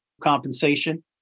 compensation